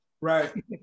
Right